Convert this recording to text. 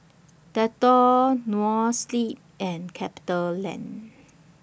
Dettol Noa Sleep and CapitaLand